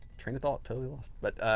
train of thought, totally lost. but